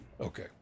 Okay